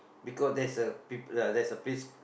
because there's a peo~ uh there's a place